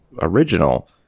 original